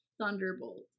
Thunderbolt